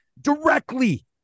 directly